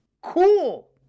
cool